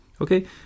Okay